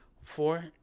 Four